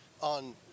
on